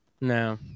No